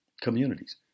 communities